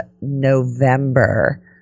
November